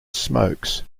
smokes